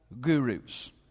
gurus